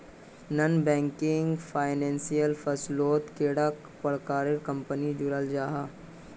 Non banking financial फसलोत कैडा प्रकारेर कंपनी जुराल जाहा?